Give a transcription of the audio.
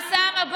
אוסאמה,